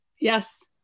Yes